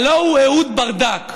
הלוא הוא אהוד ברדק,